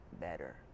better